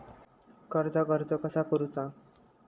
कर्जाक अर्ज कसा करुचा?